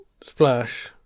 splash